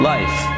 Life